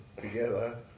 together